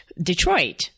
Detroit